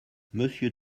monsieur